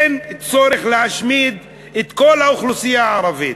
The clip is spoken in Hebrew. אין צורך להשמיד את כל האוכלוסייה הערבית.